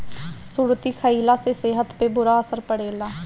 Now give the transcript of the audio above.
सुरती खईला से सेहत पे बुरा असर पड़ेला